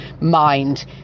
mind